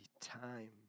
time